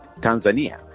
Tanzania